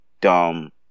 dumb